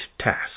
task